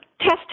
test